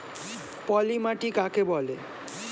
পলি মাটি কাকে বলে?